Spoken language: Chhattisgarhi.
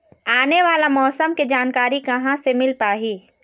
आने वाला मौसम के जानकारी कहां से मिल पाही?